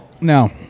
No